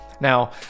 Now